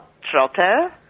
trotter